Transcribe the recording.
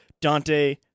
Dante